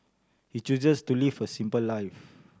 he chooses to live a simple life